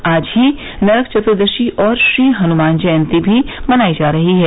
आज ही नरक चतुर्दशी और श्रीहनुमान जयन्ती भी मनाई जा रही है